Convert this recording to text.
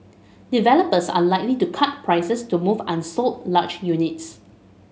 developers are likely to cut prices to move unsold large units